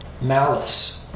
malice